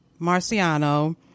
marciano